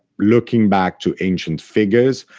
looking back to ancient figures,